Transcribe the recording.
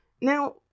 Now